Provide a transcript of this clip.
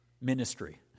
ministry